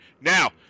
Now